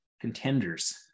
contenders